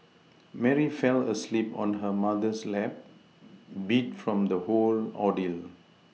Mary fell asleep on her mother's lap beat from the whole ordeal